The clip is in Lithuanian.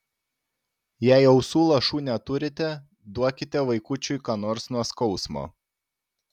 jei ausų lašų neturite duokite vaikučiui ką nors nuo skausmo